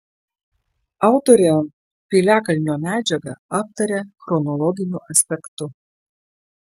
autorė piliakalnio medžiagą aptaria chronologiniu aspektu